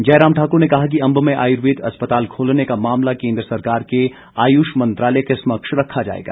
जयराम ठाकूर ने कहा कि अंब में आयुर्वेद अस्पताल खोलने का मामला केन्द्र सरकार के आयुष मंत्रालय के समक्ष रखा जाएगा